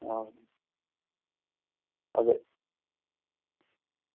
हां अगर